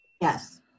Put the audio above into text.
Yes